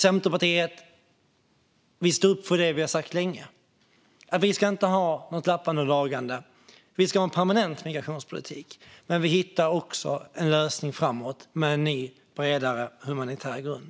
Centerpartiet står upp för det vi har sagt länge. Vi ska inte ha något lappande och lagande. Vi ska ha en permanent migrationspolitik. Vi hittar också en lösning framåt med en ny bredare humanitär grund.